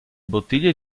bottiglie